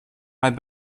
i’d